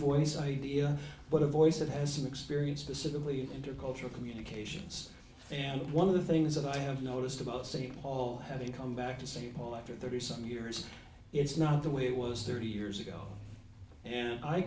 voice idea but a voice that has an experience specifically intercultural communications and one of the things that i have noticed about st paul having come back to st paul after thirty some years it's not the way it was thirty years ago and i